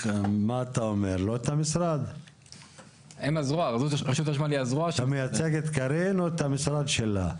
מה אתה אומר, אתה מייצג את קארין או את המשרד שלה?